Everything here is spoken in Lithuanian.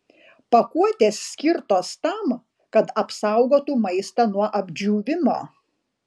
pakuotės skirtos tam kad apsaugotų maistą nuo apdžiūvimo